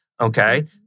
okay